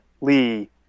Lee